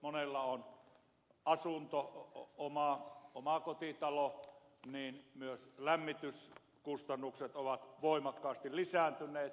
monella on myös asunto omakotitalo ja myös lämmityskustannukset ovat voimakkaasti lisääntyneet